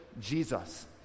Jesus